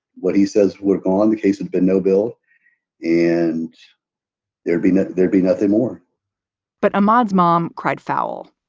what he says were on the case had been no bill and there'd been there'd be nothing more but a mod's mom cried foul.